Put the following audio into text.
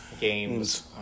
Games